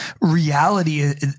reality